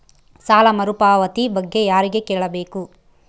ಸಾಲ ಮರುಪಾವತಿ ಬಗ್ಗೆ ಯಾರಿಗೆ ಕೇಳಬೇಕು?